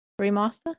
remaster